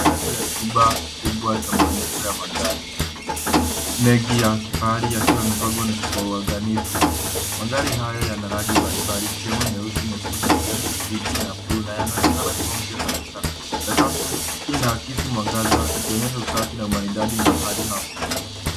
Ndani ya chumba kubwa cha maonyesho ya magari mengi ya kifahari yakiwa yamepangwa kwa uangalifu. Magari haya yana rangi mbalimbali ikiwemo nyeusi, nyekundu ,kijani kibichi na buluu na yanaonekana kuwa mpya kabisa. Sakafu inaakisi mwangaza ikionyesha usafi na umaridadi mahali hapo.